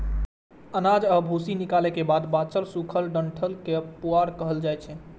अनाज आ भूसी निकालै के बाद बांचल सूखल डंठल कें पुआर कहल जाइ छै